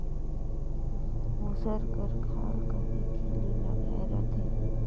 मूसर कर खाल कती खीली लगाए रहथे